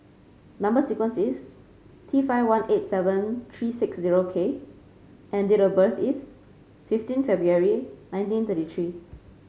number sequence is T five one eight seven three six zero K and date of birth is fifteen February nineteen thirty three